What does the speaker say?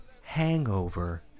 hangover